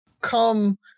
come